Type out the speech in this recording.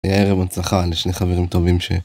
ערב הנצחה לשני חברים טובים ש...